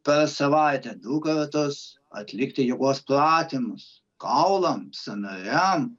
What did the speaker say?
per savaitę du kartus atlikti jogos pratimus kaulams sąnariams